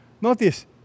Notice